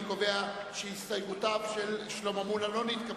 אני קובע שהסתייגויותיו של שלמה מולה לא נתקבלו.